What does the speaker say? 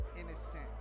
Innocent